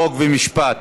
חוק ומשפט.